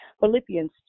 Philippians